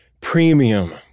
premium